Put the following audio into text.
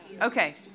Okay